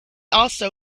also